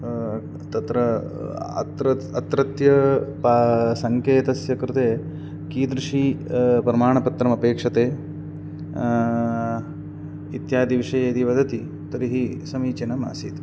तत्र अत्र अत्रत्य पा सङ्केतस्य कृते कीदृशी प्रमाणपत्रम् अपेक्षते इत्यादि विषये यदि वदति तर्हि समीचीनम् आसीत्